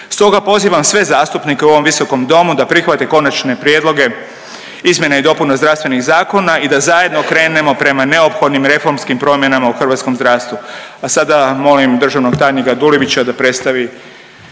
Stoga pozivam sve zastupnike u ovom visokom Domu da prihvate konačne prijedloge izmjene i dopune zdravstvenih zakona i da zajedno krenemo prema neophodnim reformskih promjenama u hrvatskom zdravstvu. A sada molim državnog tajnika Dulibića da predstavio